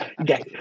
okay